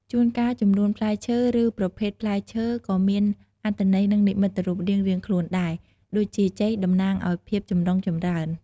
ជួនកាលចំនួនផ្លែឈើ ឬប្រភេទផ្លែឈើក៏មានអត្ថន័យនិងនិមិត្តរូបរៀងៗខ្លួនដែរ ដូចជាចេកតំណាងឱ្យភាពចម្រុងចម្រើន។